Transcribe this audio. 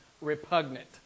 repugnant